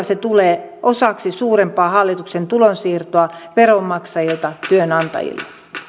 se tulee osaksi suurempaa hallituksen tulonsiirtoa veronmaksajilta työnantajille